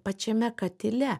pačiame katile